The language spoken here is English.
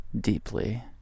deeply